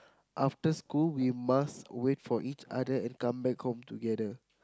after school we must wait for each other and come back home together